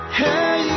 hey